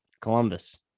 Columbus